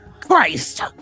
Christ